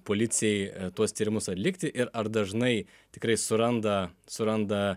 policijai tuos tyrimus atlikti ir ar dažnai tikrai suranda suranda